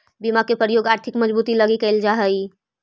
बीमा के प्रयोग आर्थिक मजबूती लगी कैल जा हई